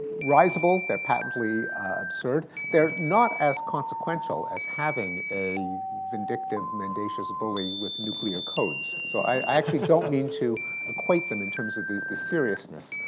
risible. they're patently absurd. they're not as consequential as having a vindictive mendacious bully with nuclear codes. so, i actually don't mean to equate them in terms of the the seriousness.